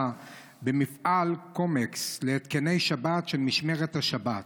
במפעל קומקס להתקני שבת של משמרת השבת.